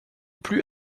plus